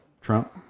Trump